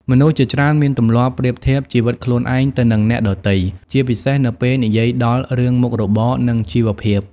មនុស្សជាច្រើនមានទម្លាប់ប្រៀបធៀបជីវិតខ្លួនឯងទៅនឹងអ្នកដទៃ ជាពិសេសនៅពេលនិយាយដល់រឿងមុខរបរ និងជីវភាព។